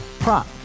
Prop